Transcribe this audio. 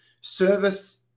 service